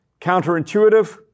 counterintuitive